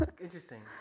interesting